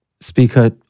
speaker